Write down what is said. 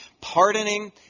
pardoning